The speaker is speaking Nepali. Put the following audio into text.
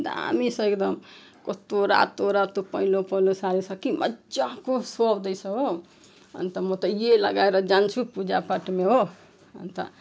दामी छ एकदम कस्तो रातो रातो पहेँलो पहेँलो साडी छ कि मजाको सुहाउँदै छ हो अनि त म त ये लगाएर जान्छु पूजापाठमे हो अनि त